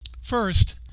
first